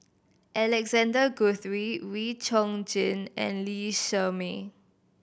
Alexander Guthrie Wee Chong Jin and Lee Shermay